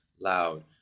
loud